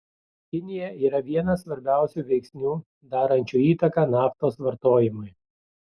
kinija yra vienas svarbiausių veiksnių darančių įtaką naftos vartojimui